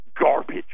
garbage